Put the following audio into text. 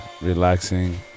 relaxing